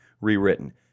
rewritten